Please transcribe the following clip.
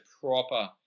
proper